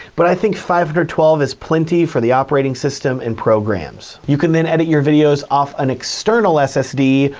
but i think five hundred and twelve is plenty for the operating system and programs. you can then edit your videos off an external ssd,